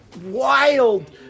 Wild